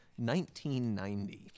1990